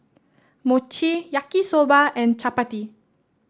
Mochi Yaki Soba and Chapati